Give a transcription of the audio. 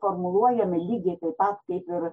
formuluojami lygiai taip pat kaip ir